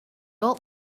old